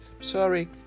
Sorry